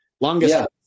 longest